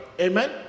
Amen